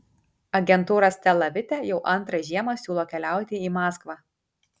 agentūra stela vite jau antrą žiemą siūlo keliauti į maskvą